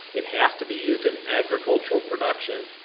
it has to be used in agricultural production,